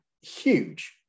huge